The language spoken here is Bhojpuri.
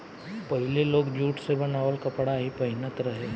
पहिले लोग जुट से बनावल कपड़ा ही पहिनत रहे